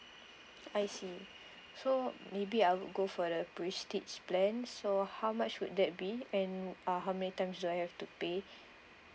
I see so maybe I would go for the prestige plan so how much would that be and uh how many times do I have to pay